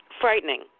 Frightening